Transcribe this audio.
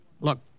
Look